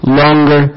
longer